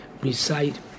recite